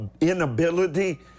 inability